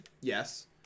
Yes